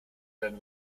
than